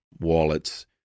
wallets